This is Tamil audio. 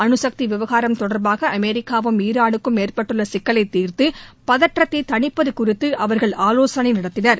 அனுசக்தி விவகாரம் தொடர்பாக அமெரிக்காவுக்கும் ஈரானுக்கு ஏற்பட்டுள்ள சிக்கலை தீர்த்து பதற்றத்தை தணிப்பது குறித்து அவர்கள் ஆலோசனை நடத்தினர்